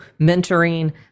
mentoring